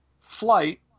flight